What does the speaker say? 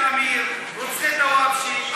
ההבנה שיום